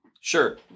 Sure